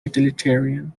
utilitarian